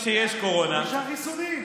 ואמרת שאלה תקנות חמורות, שפוגעות בחופש ובזכויות.